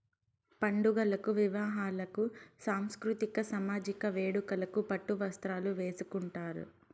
పండుగలకు వివాహాలకు సాంస్కృతిక సామజిక వేడుకలకు పట్టు వస్త్రాలు వేసుకుంటారు